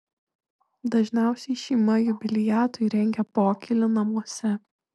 dažniausiai šeima jubiliatui rengia pokylį namuose